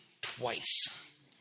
twice